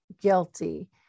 guilty